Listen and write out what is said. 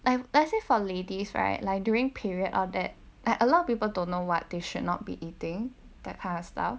like let's say for ladies right like during period all that a lot of people don't know what they should not be eating that kind of stuff